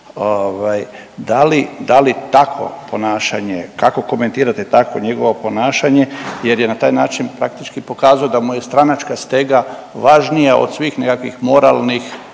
da li takvo ponašanje, kako komentirate takvo njegovo ponašanje jer je na taj način praktički pokazao da mu je stranačka stega važnija od svih nekakvih moralnih